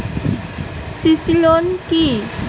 CC loan কি?